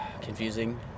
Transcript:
Confusing